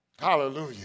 hallelujah